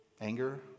Anger